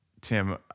Tim